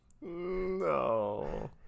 No